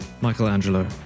Michelangelo